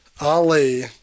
Ali